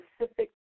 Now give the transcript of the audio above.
specific